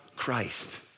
Christ